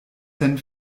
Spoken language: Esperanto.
sen